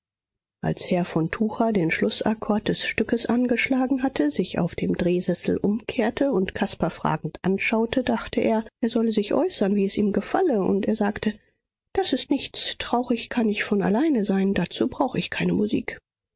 als herr von tucher den schlußakkord des stückes angeschlagen hatte sich auf dem drehsessel umkehrte und caspar fragend anschaute dachte er er solle sich äußern wie es ihm gefalle und er sagte das ist nichts traurig kann ich von alleine sein dazu brauch ich keine musik